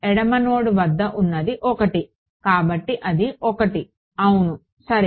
ఎడమ నోడ్ వద్ద ఉన్నది 1 కాబట్టి అది 1 అవును సరే